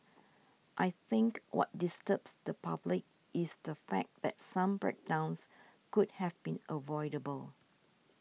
I think what disturbs the public is the fact that some breakdowns could have been avoidable